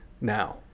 now